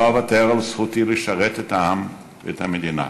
לא אוותר על זכותי לשרת את העם ואת המדינה,